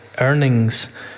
earnings